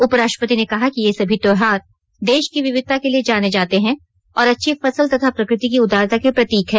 उपराष्ट्पति ने कहा कि ये सभी त्योहार देश की विविधता के लिए जाने जाते हैं और अच्छी फसल तथा प्रकृति की उदारता के प्रतीक हैं